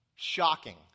Shocking